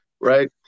right